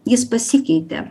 jis pasikeitė